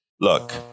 Look